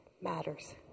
matters